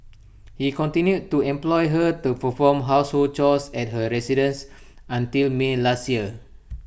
he continued to employ her to perform household chores at his residence until may last year